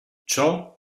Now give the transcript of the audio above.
ciò